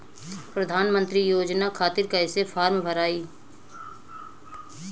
प्रधानमंत्री योजना खातिर कैसे फार्म भराई?